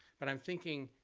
but i'm thinking,